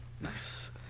Nice